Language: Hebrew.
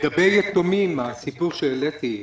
לגבי יתומים, הסיפור שהעליתי,